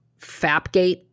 Fapgate